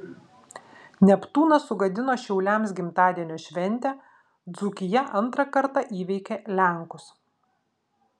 neptūnas sugadino šiauliams gimtadienio šventę dzūkija antrą kartą įveikė lenkus